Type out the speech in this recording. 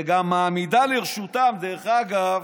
וגם מעמידה לרשותם, דרך אגב,